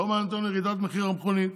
לא מעניין אותנו ירידת מחירי המכוניות,